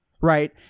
Right